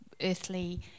earthly